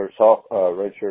redshirt